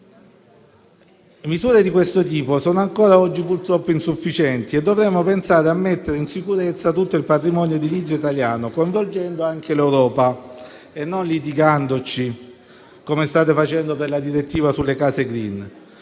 misure di questo tipo sono ancora oggi insufficienti e dovremmo pensare a mettere in sicurezza tutto il patrimonio edilizio italiano, coinvolgendo anche l'Europa e non litigando come state facendo per la direttiva sulle case *green.*